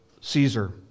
Caesar